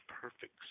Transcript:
perfect